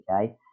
okay